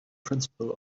principle